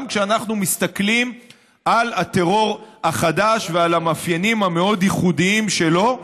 גם כשאנחנו מסתכלים על הטרור החדש ועל המאפיינים המאוד-ייחודיים שלו,